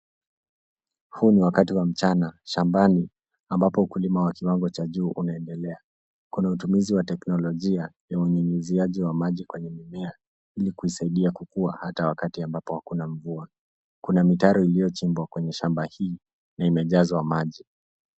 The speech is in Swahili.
Huu ni wakati wa mchana, shambani ambapo ukulima w kiwango cha juu unaendelea. Kuna utumizi wa teknolojia ya unyunyiziaji wa maji kwenye mimea ili kuisaidia kukua hata wakati ambapo hakuna mvua. Kuna mitaro iliyochimbwa kwenye shamba hii na imejazwa maji.